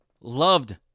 loved